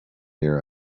ear